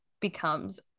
becomes